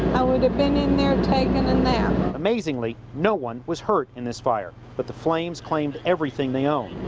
i would have been in there taking a nap. reporter amazingly, no one was hurt in this fire. but the flames claimed everything the owned.